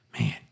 man